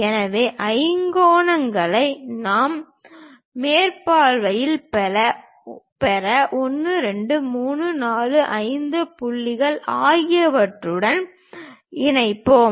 எனவே ஐங்கோணங்களை மேல் பார்வையில் பெற 1 2 3 4 5 புள்ளிகள் அவற்றுடன் இணைவோம்